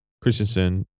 Christensen